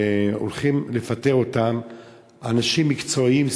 אנשים מקצועיים,